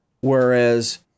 whereas